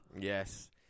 Yes